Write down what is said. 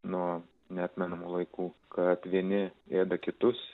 nuo neatmenamų laikų kad vieni ėda kitus